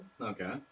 Okay